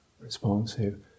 responsive